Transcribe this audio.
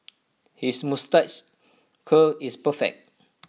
his moustache curl is perfect